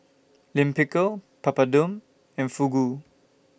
Lime Pickle Papadum and Fugu